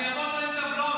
אני עושה את הדיון